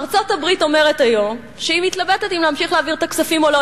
ארצות-הברית אומרת היום שהיא מתלבטת אם להמשיך להעביר את הכספים או לא.